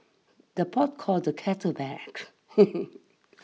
the pot calls the kettle back